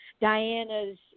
Diana's